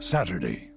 Saturday